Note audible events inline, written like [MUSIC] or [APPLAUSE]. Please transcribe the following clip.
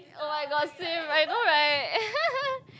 oh-my-gosh same I know right [NOISE]